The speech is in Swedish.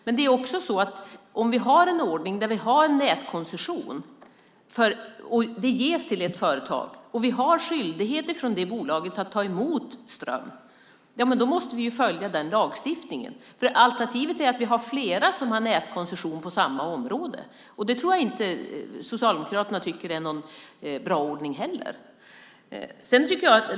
Men om vi har en ordning med en nätkoncession som ges till ett företag och det bolaget har skyldighet att ta emot ström måste vi följa den lagstiftningen. Alternativet är ju att flera bolag har nätkoncession i samma område, och det tror jag inte heller att Socialdemokraterna tycker är någon bra ordning.